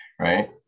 right